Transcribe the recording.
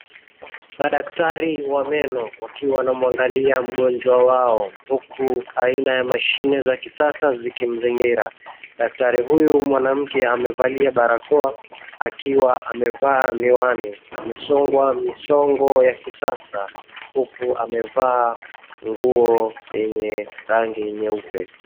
Madaktari wa meno wakiwa wanamuangalia mgonjwa wao huku aina ya mashini za kisasa zikimzingira. Daktari huyu mwanamke amevalia barakoa akiwa amevaa miwani. Amesongwa misongo ya kisasa, huku amevaa nguo yenye rangi nyeupe.